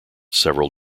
several